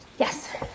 Yes